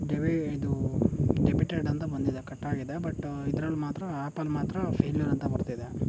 ಡೆಬಿ ಇದು ಡೆಬಿಟೆಡ್ ಅಂತ ಬಂದಿದೆ ಕಟ್ಟಾಗಿದೆ ಬಟ್ ಇದ್ರಲ್ಲಿ ಮಾತ್ರ ಆ್ಯಪಲ್ಲಿ ಮಾತ್ರ ಫೇಲ್ಯೂರ್ ಅಂತ ಬರ್ತಿದೆ